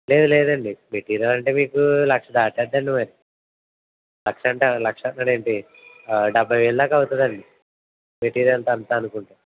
లేదు లేదండి మీకు మెటీరియల్ అయితే మీకు లక్ష దాటేద్దండి మరి లక్ష అంటే లక్ష అనుకున్నారా ఏంటి ఒక డెబ్భై వేలదాక అవుతుందండి మెటీరియల్ అంత అనుకుంటే